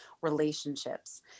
relationships